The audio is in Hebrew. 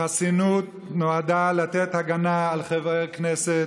החסינות נועדה לתת הגנה לחבר הכנסת,